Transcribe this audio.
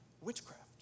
witchcraft